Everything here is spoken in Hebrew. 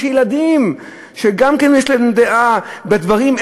יש ילדים שיש להם דעה בדברים,